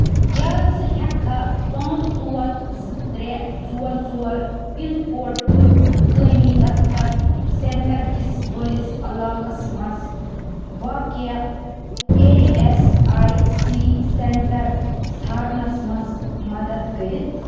کیٛاہ ژٕ ہیٚکھا پانٛژھ ژور زٕ ترٛےٚ ژور ژور پَن کوڈ تہٕ مُقٲمی دفتر سینٹر کِس وٲلِس علاقس مَنٛز واقعیا A S I C centre ژھانڑنَس مَنٛز مدد کٔرِتھ